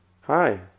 hi